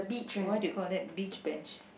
what do you call that beach bench